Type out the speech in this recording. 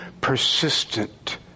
persistent